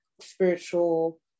spiritual